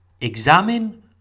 Examine